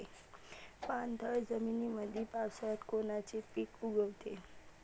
पाणथळ जमीनीमंदी पावसाळ्यात कोनचे पिक उगवते?